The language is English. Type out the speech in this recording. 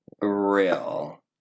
real